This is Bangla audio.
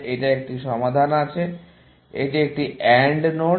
এটি একটি AND নোড